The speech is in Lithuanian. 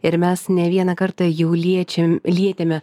ir mes ne vieną kartą jau liečiam lietėme